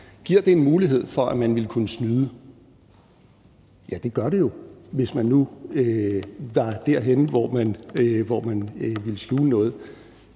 Giver det en mulighed for, at man ville kunne snyde? Ja, det gør det jo, hvis man var derhenne, hvor man ville skjule noget.